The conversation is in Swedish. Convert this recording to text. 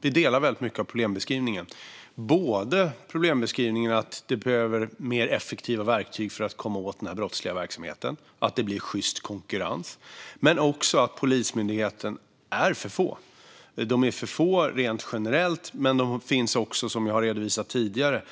Vi delar mycket av problembeskrivningen. Dels delar vi beskrivningen av att det behövs effektivare verktyg för att man ska komma åt den brottsliga verksamheten så att konkurrensen blir sjyst, dels delar vi bilden av att poliserna är för få. De är för få rent generellt. Det gäller också det jag har redovisat tidigare.